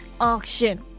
auction